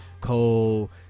Cole